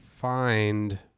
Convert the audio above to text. find